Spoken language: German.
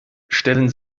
stellen